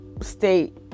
state